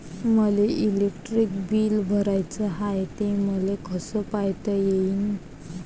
मले electric bill भराचं हाय, ते मले कस पायता येईन?